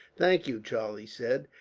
thank you, charlie said.